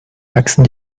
wachsen